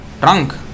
trunk